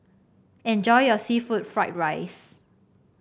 enjoy your seafood Fried Rice